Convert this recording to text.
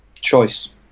Choice